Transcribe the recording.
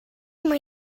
mae